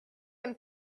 and